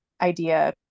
idea